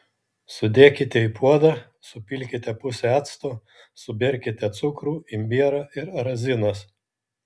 sudėkite į puodą supilkite pusę acto suberkite cukrų imbierą ir razinas